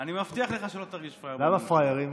אבל אנחנו לא פראיירים,